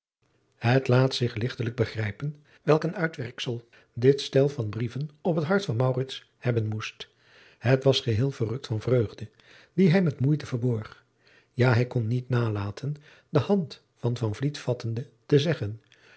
het laat zich ligtelijk begrijpen welk een uitwerkfel dit slet van den brief op het hart van maurits hebben moest het was geheel verrukt van vreugde die hij met moeite verborg ja hij kon niet nalaten de hand van van vliet vattende te zeggen